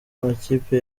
amakipe